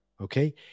okay